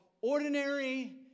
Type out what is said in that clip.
Ordinary